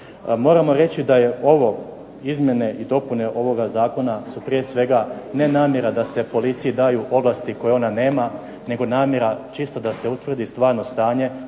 Moramo reći da su izmjene i dopune ovoga zakona prije svega ne namjera da se policiji daju ovlasti koje ona nema nego namjera čisto da se utvrdi stvarno stanje